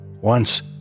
Once